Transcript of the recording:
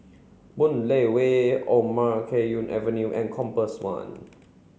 Boon Lay Way Omar Khayyam Avenue and Compass One